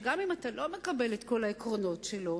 שגם אם אתה לא מקבל את כל העקרונות שלו,